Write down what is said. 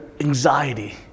anxiety